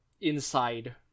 inside